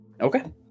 Okay